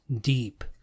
deep